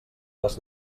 les